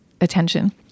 attention